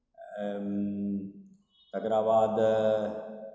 तकरा बाद